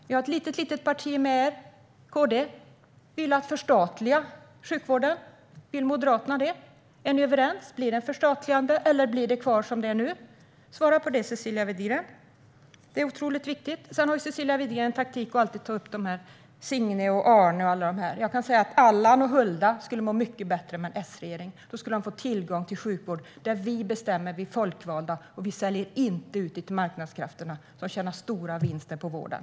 Ni har ett litet, litet parti med er, KD, som har velat förstatliga sjukvården. Vill Moderaterna det? Är ni överens? Blir det ett förstatligande eller blir det kvar som det är nu? Svara på det, Cecilia Widegren! Det är otroligt viktigt. Sedan har Cecilia Widegren alltid som taktik att ta upp Signe, Arne och andra. Jag kan säga att Allan och Hulda skulle må mycket bättre med ett S-styre. Då skulle de få tillgång till sjukvård som vi folkvalda bestämmer över, och vi säljer inte ut den till marknadskrafterna som gör stora vinster på vården.